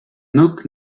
nóg